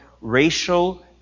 racial